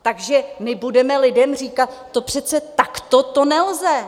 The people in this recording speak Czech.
Takže my budeme lidem říkat: to přece takto to nelze!